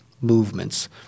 movements